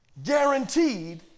guaranteed